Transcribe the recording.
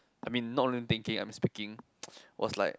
I mean not only thinking I am speaking was like